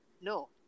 No